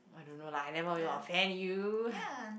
I don't know lah I never even offend you